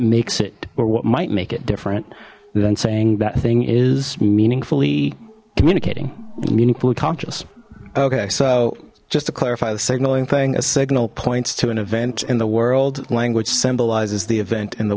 what might make it different than saying that thing is meaningfully communicating meaning fully conscious okay so just to clarify the signaling thing a signal points to an event in the world language symbolizes the event in the